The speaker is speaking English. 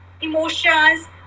emotions